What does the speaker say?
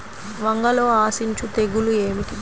వంగలో ఆశించు తెగులు ఏమిటి?